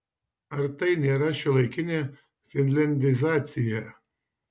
ar tai nėra šiuolaikinė finliandizacija